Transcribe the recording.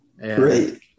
great